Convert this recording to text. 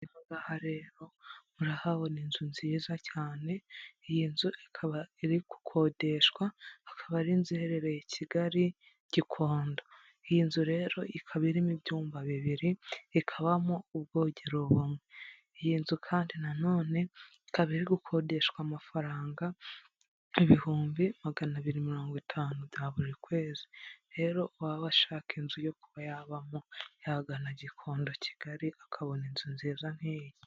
Aha ngaha rero, murahabona inzu nziza cyane. Iyi nzu ikaba iri gukodeshwa. Ikaba ari inzu iherereye Kigali, Gikondo. Iyi nzu rero ikaba irimo ibyumba bibiri, ikabamo ubwogeromwe. Iyi nzu kandi nanone ikaba iri gukodeshwa amafaranga ibihumbi magana abiri na mirongo itanu bya buri kwezi. Rero uwaba ashaka inzu yo kuba yabamo yagana Gikondo, Kigali akabona inzu nziza nk'iyi.